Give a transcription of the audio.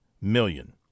million